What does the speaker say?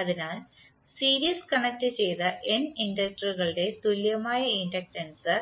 അതിനാൽ സീരീസ് കണക്റ്റുചെയ്ത n ഇൻഡക്ടറുകളുടെ തുല്യമായ ഇൻഡക്റ്റൻസ്